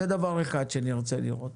זה דבר אחד שאני רוצה לראות.